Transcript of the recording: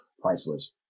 priceless